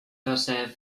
herself